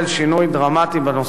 תשובותיך, אדוני השר.